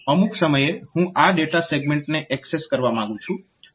અમુક સમયે હું આ ડેટા સેગમેન્ટને એક્સેસ કરવા માંગુ છું